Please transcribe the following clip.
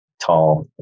tall